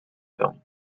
film